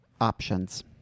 options